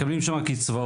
מקבלים שם קצבאות.